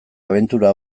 abentura